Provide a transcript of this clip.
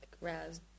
Raz